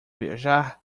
viajar